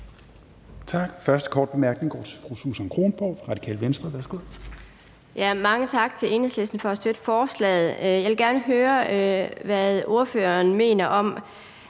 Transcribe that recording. Tak. Den første korte bemærkning går til fru Susan Kronborg, Radikale Venstre. Værsgo. Kl. 16:30 Susan Kronborg (RV): Mange tak til Enhedslisten for at støtte forslaget. Jeg vil gerne høre, hvad ordføreren mener om,